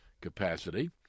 capacity